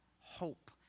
hope